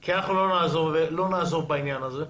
כי אנחנו לא נעזוב בעניין הזה,